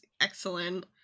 excellent